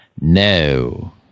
No